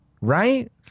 Right